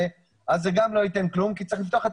גם זה לא ייתן כלום כי צריך לפתוח את